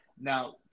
Now